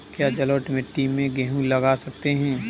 क्या जलोढ़ मिट्टी में गेहूँ लगा सकते हैं?